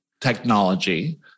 technology